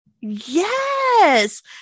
Yes